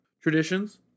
Traditions